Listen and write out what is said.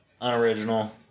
unoriginal